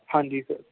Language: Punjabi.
ਹਾਂਜੀ ਸਰ